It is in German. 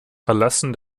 verlassen